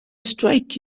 strike